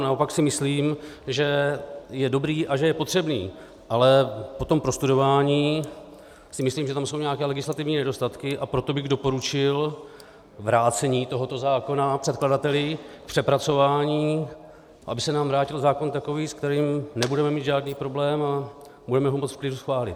Naopak si myslím, že je dobrý a že je potřebný, ale po tom prostudování si myslím, že jsou tam nějaké legislativní nedostatky, a proto bych doporučil vrácení tohoto zákona předkladateli k přepracování, aby se nám vrátil zákon takový, se kterým nebudeme mít žádný problém a budeme ho moci v klidu schválit.